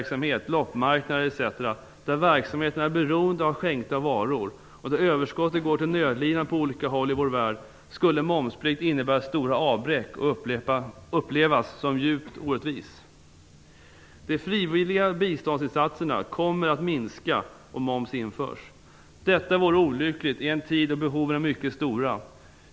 För ideella föreningar där verksamheten är beroende av skänkta varor och där överskottet går till nödlidande på olika håll i vår värld skulle en momsplikt innebära stora avbräck och upplevas som djupt orättvis. De frivilliga biståndsinsatserna kommer att minska om moms införs. Detta vore olyckligt i en tid då behoven är mycket stora.